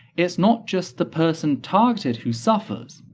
it's not just the person targetted who suffers,